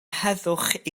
heddwch